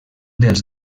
dels